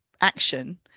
action